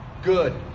Good